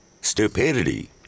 Stupidity